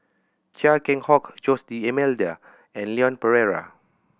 Chia Keng Hock Jose D'Almeida and Leon Perera